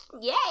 yay